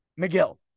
McGill